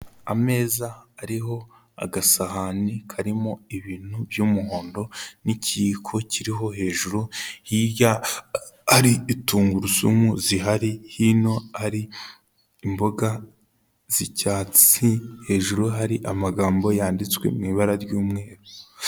Ameza ariho agasahani karimo ibintu by'umuhondo n'ikiyiko kiriho hejuru, hirya ari tungurusumu zihari, hino ari imboga z'icyatsi, hejuru hari amagambo yanditswe mu ibara ry'umweru.